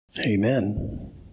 Amen